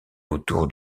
autour